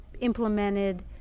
implemented